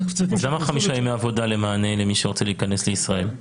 למה יש חמישה ימי עבודה לתשובה למי שרוצה להיכנס לישראל?